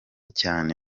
cyane